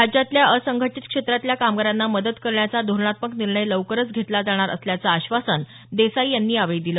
राज्यातल्या असंघटित क्षेत्रातल्या कामगारांना मदत करण्याचा धोरणात्मक निर्णय लवकरच घेतला जाणार असल्याचं आश्वासन देसाई यांनी यावेळी दिलं